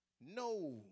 No